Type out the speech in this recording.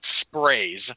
sprays